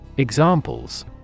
Examples